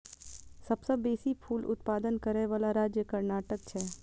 सबसं बेसी फूल उत्पादन करै बला राज्य कर्नाटक छै